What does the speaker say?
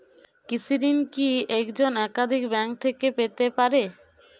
কৃষিঋণ কি একজন একাধিক ব্যাঙ্ক থেকে পেতে পারে?